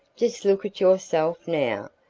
just look at yourself now.